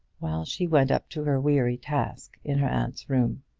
while she went up to her weary task in her aunt's room.